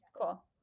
Cool